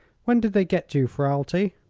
when did they get you, ferralti?